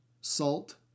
salt